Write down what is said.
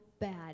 bad